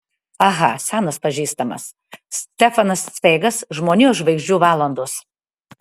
aha senas pažįstamas stefanas cveigas žmonijos žvaigždžių valandos